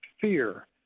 fear